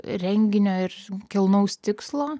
renginio ir kilnaus tikslo